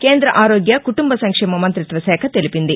కేంద ఆరోగ్య కుటుంబ సంక్షేమ మంతిత్వ శాఖ తెలిపింది